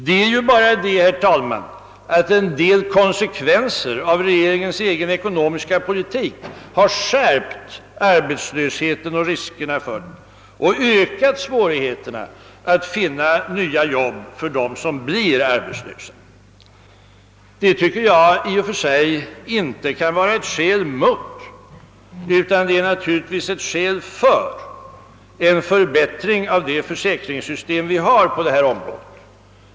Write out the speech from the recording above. Men det är bara det, herr talman, att en del konsekvenser av regeringens egen ekonomiska politik har skärpt arbetslösheten och riskerna för den och ökat svårigheterna att verkligen finna nya jobb för dem som blir arbetslösa. Detta kan inte vara ett skäl mot utan är naturligtvis ett skäl för en förbättring av det försäkringssystem vi har på detta område.